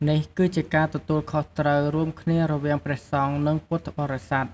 នេះគឺជាការទទួលខុសត្រូវរួមគ្នារវាងព្រះសង្ឃ និងពុទ្ធបរិស័ទ។